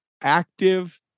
active